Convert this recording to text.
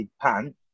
pants